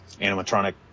animatronic